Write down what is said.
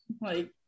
like-